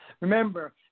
Remember